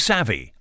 Savvy